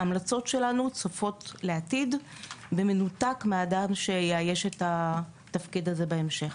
ההמלצות שלנו צופות לעתיד במנותק מאדם שיאייש את התפקיד הזה בהמשך.